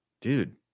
dude